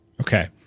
Okay